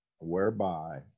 whereby